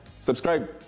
Subscribe